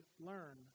learn